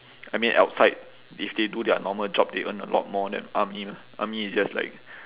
I mean outside if they do their normal job they earn a lot more than army lah army is just like